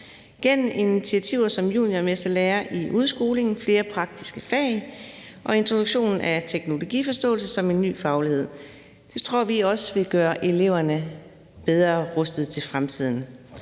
gennem initiativer som juniormesterlære i udskolingen, flere praktiske fag og introduktionen af teknologiforståelse som en ny faglighed. Det tror vi også vil gøre eleverne bedre rustede til fremtiden.